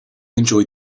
enjoyed